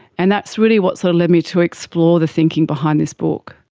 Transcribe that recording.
and that's really what so led me to explore the thinking behind this book.